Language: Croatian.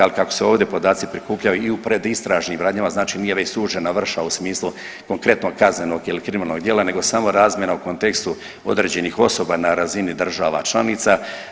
Ali kako se ovdje podaci prikupljaju i u predistražnim radnjama, znači nije već sužena vrša u smislu konkretnog kaznenog ili kriminalnog djela nego samo razmjena u kontekstu određenih osoba na razini država članica.